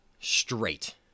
straight